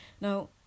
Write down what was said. now